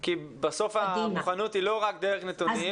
כי בסוף המוכנות היא לא רק דרך נתונים אלה דרך פעולות.